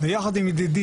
ויחד עם ידידי,